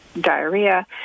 diarrhea